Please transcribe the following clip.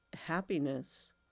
happiness